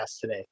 today